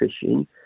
fishing